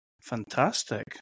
Fantastic